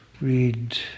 read